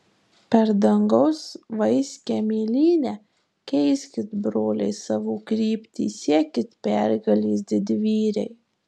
per dangaus vaiskią mėlynę keiskit broliai savo kryptį siekit pergalės didvyriai